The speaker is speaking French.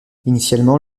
initialement